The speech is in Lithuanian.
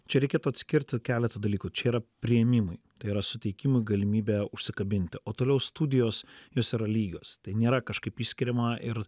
čia reikėtų atskirti keletą dalykų čia yra priėmimui tai yra suteikimui galimybę užsikabinti o toliau studijos jos yra lygios tai nėra kažkaip išskiriama ir